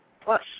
plus